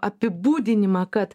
apibūdinimą kad